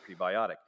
prebiotic